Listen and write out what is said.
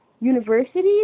universities